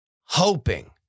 hoping